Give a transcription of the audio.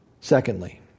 secondly